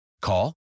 Call